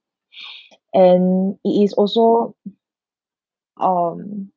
and it is also um